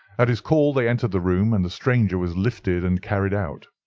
at his call they entered the room, and the stranger was lifted and carried out.